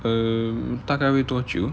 嗯大概会多久